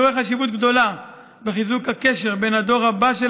אני רואה חשיבות גדולה בחיזוק הקשר בין הדור הבא של